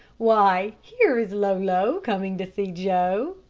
why, here is lolo coming to see joe.